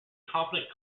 competent